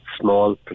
small